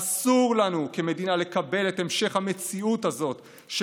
אסור לנו כמדינה לקבל את המשך המציאות הזאת של